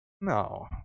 No